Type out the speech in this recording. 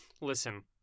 Listen